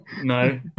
No